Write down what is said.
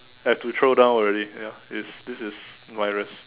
I've to throw down already ya this this is my risk